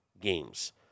games